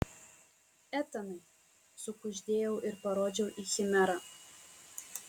etanai sukuždėjau ir parodžiau į chimerą